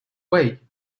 way